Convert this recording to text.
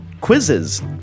Quizzes